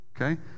okay